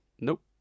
Nope